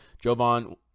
jovan